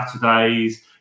Saturdays